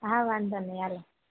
હા વાંધો નહીં હાલો